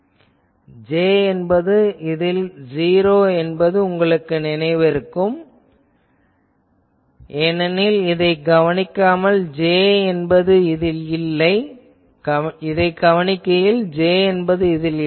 J என்பது இதில் '0' என்பது உங்களுக்கு நினைவில் இருக்கும் ஏனெனில் இதைக் கவனிக்கையில் J என்பது இதில் இல்லை